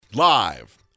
Live